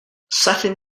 sutton